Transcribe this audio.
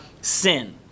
sin